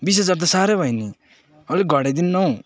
बिस हजार त साह्रै भयो नि अलिक घटाइदिनु न हौ